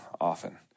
often